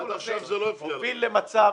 שיכון, קיצוץ של 91 מיליון שקלים.